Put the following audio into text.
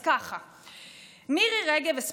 הרי אין